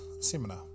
seminar